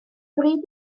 bryd